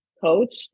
coach